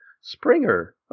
Springer